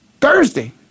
Thursday